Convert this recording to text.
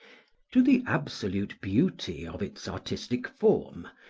to the absolute beauty of its artistic form,